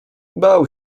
bał